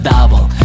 Double